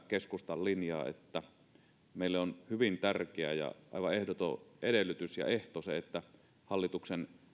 keskustan linjaa meille on hyvin tärkeä ja aivan ehdoton edellytys ja ehto että hallituksen